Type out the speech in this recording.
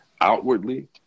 Outwardly